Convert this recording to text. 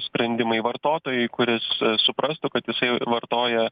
sprendimai vartotojui kuris suprastų kad jisai vartoja